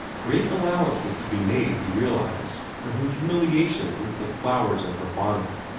great allowance was to be made, he realized, for her humiliation over the flowers in her bonnet.